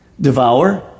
devour